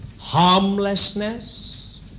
Harmlessness